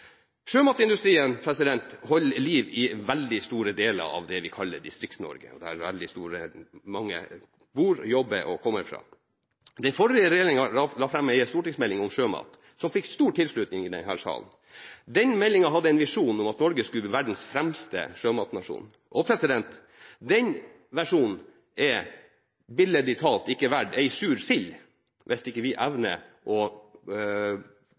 holder liv i veldig store deler av det vi kaller Distrikts-Norge, der veldig mange bor, jobber og kommer fra. Den forrige regjeringen la fram en stortingsmelding om sjømat som fikk stor tilslutning i denne salen. Den meldingen hadde en visjon om at Norge skulle bli verdens fremste sjømatnasjon, og den versjonen er – billedlig talt – ikke verd en sur sild hvis vi ikke evner å forholde oss til våre handelspartnere i EU og